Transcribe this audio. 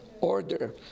order